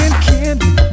Candy